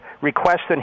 requesting